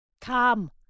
Come